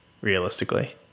realistically